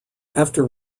after